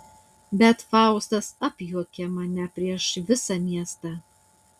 bet faustas apjuokia mane prieš visą miestą